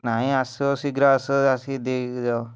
ନାଇଁ ଆସ ଶୀଘ୍ର ଆସ ଆସିକି ଦେଇକି ଯାଅ